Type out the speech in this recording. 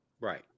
Right